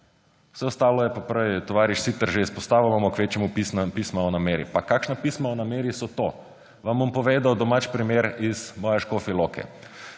vse ostale pa, prej je tovariš Siter že izpostavil, imamo kvečjemu pisma o nameri. Pa kakšna pisma o nameri so to?! Vam bom povedal domač primer iz svoje Škofje Loke.